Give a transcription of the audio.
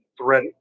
thread